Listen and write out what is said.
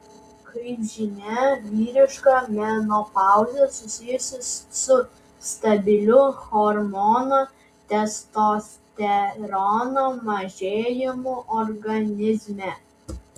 kaip žinia vyriška menopauzę susijusi su stabiliu hormono testosterono mažėjimu organizme